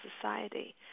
society